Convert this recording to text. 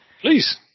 Please